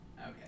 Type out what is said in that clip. Okay